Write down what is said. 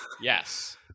Yes